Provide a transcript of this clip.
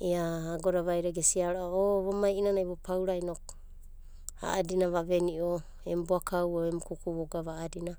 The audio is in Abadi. Ia agoda vaida gesiaro'ava o vunai i'inana vupaura inoku a'adina vaveni'o em boakau o em kuku vogava a'adina.